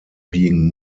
being